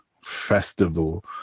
festival